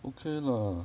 okay lah